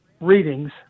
readings